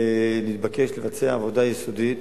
התבקש לבצע עבודה יסודית